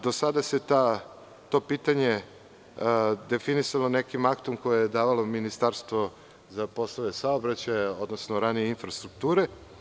Do sada se to pitanje definisalo nekim aktom koje je davalo Ministarstvo za poslove saobraćaja, odnosno ranije infrastrukture.